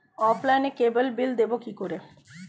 অফলাইনে ক্যাবলের বিল দেবো কি করে?